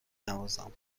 نوازم